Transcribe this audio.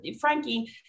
Frankie